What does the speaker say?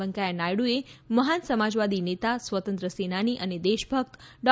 વેંકૈયા નાયડુએ મહાન સમાજવાદી નેતા સ્વતંત્ર્ય સેનાની અને દેશભક્ત ડો